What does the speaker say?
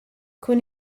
con